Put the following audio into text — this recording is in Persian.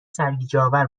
سرگیجهآور